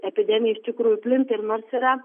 epidemija iš tikrųjų plinta ir nors yra